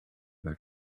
their